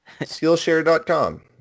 Skillshare.com